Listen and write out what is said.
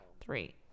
Three